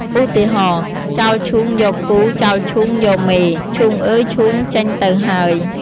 ឧទាហរណ៍ "ចោលឈូងយកគូ ចោលឈូងយកមេ ...", "ឈូងអើយឈូង ចេញទៅហើយ"។